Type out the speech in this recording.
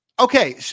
Okay